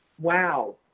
wow